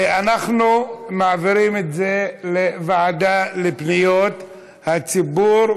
אנחנו מעבירים את זה לוועדה לפניות הציבור,